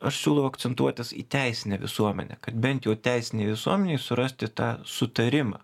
aš siūlau akcentuotis į teisinę visuomenę kad bent jau teisinėj visuomenėj surasti tą sutarimą